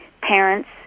parents